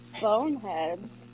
boneheads